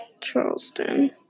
Charleston